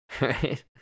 Right